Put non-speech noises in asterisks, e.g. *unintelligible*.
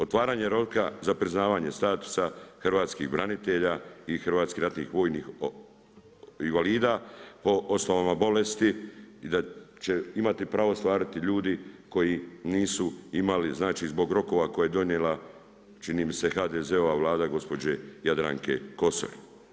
Otvaranje … *unintelligible* za priznavanje statusa hrvatskih branitelja i hrvatskih ratnih vojnih invalida, po osnovama bolesti i da će imati pravo ostvariti ljudi koji nisu imali, znači zbog rokova koje je donijela čini mi se HDZ-ova vlada gospođe Jadranke Kosor.